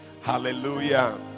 Hallelujah